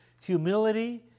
Humility